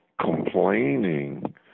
complaining